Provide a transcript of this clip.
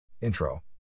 Intro